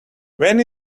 when